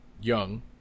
young